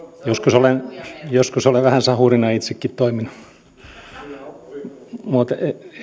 joskus olen sahurina itsekin vähän toiminut mutta